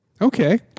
Okay